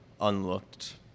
unlooked